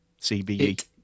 CBE